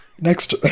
Next